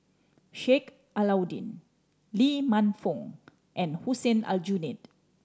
Sheik Alau'ddin Lee Man Fong and Hussein Aljunied